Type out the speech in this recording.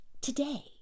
today